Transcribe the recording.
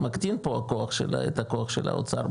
מקטין פה את הכוח של האוצר,